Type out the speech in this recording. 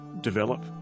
develop